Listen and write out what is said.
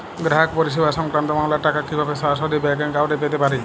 গ্রাহক পরিষেবা সংক্রান্ত মামলার টাকা কীভাবে সরাসরি ব্যাংক অ্যাকাউন্টে পেতে পারি?